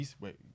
Wait